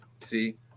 See